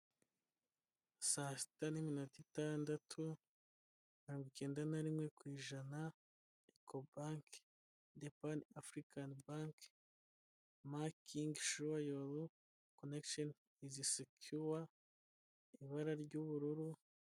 Sasita n'iminota itandatu, mirongo ikenda na rimwe ku ijana, Ecobank The Pan African Bank, makingi shure yoru konekisheni izi secyuwa, mu ibara ry'ubururu.